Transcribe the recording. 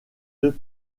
deux